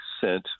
sent